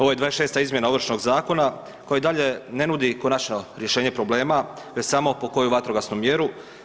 Ovo je 26. izmjena Ovršnog zakona koja i dalje ne nudi konačno rješenje problema već samo pokoju vatrogasnu mjeru.